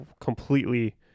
completely